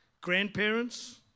grandparents